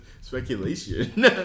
Speculation